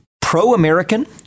pro-american